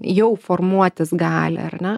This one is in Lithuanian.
jau formuotis gali ar ne